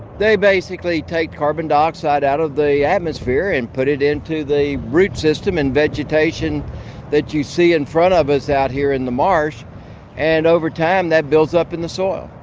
they basically take carbon dioxide out of the atmosphere and put it into the root system and vegetation that you see in front of us out here in the marsh and, over time, that builds up in the soil,